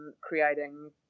creating